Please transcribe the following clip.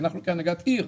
אנחנו כהנהגת עיר,